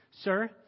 Sir